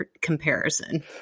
comparison